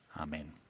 Amen